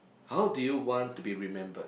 how do you want to be remembered